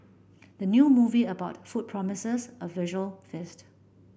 the new movie about food promises a visual feast